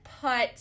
put